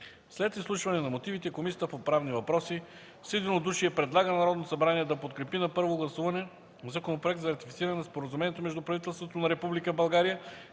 След изслушване на мотивите Комисията по правни въпроси с единодушие предлага на Народното събрание да подкрепи на първо гласуване Законопроект за ратифициране на Споразумението между правителството на